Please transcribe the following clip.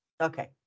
Okay